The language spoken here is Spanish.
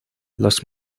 los